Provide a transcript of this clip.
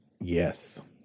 Yes